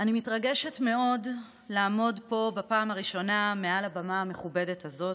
אני מתרגשת מאוד לעמוד פה בפעם הראשונה מעל הבמה המכובדת הזאת,